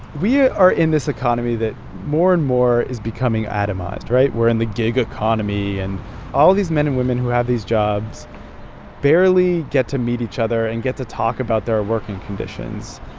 are in this economy that more and more is becoming atomized, right? we're in the gig economy. and all of these men and women who have these jobs barely get to meet each other and get to talk about their working conditions.